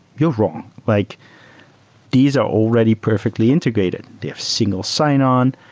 you're wrong. like these are already perfectly integrated. they have single sign-on.